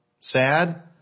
sad